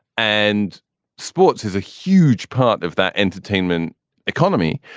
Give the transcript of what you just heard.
and sports is a huge part of that entertainment economy.